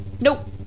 Nope